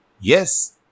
Yes